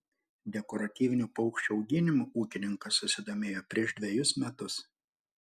dekoratyvinių paukščių auginimu ūkininkas susidomėjo prieš dvejus metus